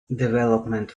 development